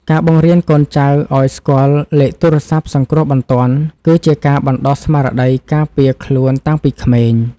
ការបង្រៀនកូនចៅឱ្យស្គាល់លេខទូរស័ព្ទសង្គ្រោះបន្ទាន់ គឺជាការបណ្តុះស្មារតីការពារខ្លួនតាំងពីក្មេង។